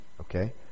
Okay